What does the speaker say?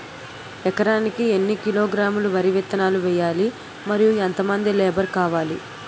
ఎకరానికి ఎన్ని కిలోగ్రాములు వరి విత్తనాలు వేయాలి? మరియు ఎంత మంది లేబర్ కావాలి?